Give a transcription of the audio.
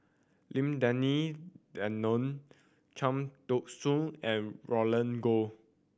Lim Denan Denon Cham Tao Soon and Roland Goh